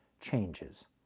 changes